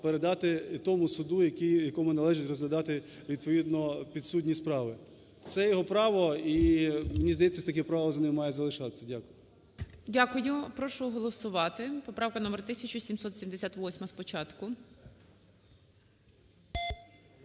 передати тому суду, якому належить розглядати відповідно підсудні справи. Це його право і, мені здається, таке право за ним має залишатися. Дякую. ГОЛОВУЮЧИЙ. Дякую. Прошу голосувати. Поправка номер 1778 спочатку.